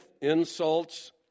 insults